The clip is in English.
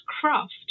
craft